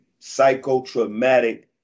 psychotraumatic